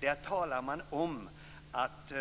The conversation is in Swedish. I den talar man om att